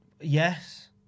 Yes